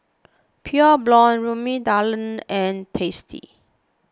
Pure Blonde Rimmel London and Tasty